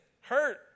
hurt